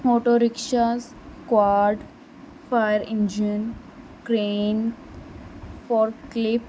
auto rickshaws quad fire engine crane forklift